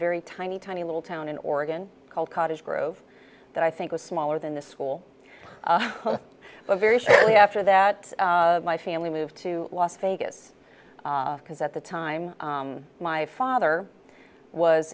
very tiny tiny little town in oregon called cottage grove that i think was smaller than the school but very shortly after that my family moved to las vegas because at the time my father was